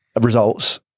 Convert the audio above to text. results